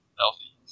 healthy